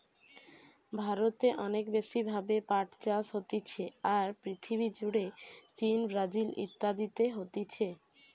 ভারতে অনেক বেশি ভাবে পাট চাষ হতিছে, আর পৃথিবী জুড়ে চীন, ব্রাজিল ইত্যাদিতে হতিছে